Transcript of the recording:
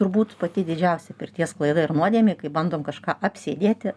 turbūt pati didžiausia pirties klaida ir nuodėmė kai bandom kažką apsėdėti